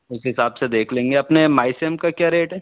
उस हिसाब से देख लेंगे अपने मायसेम का क्या रेट है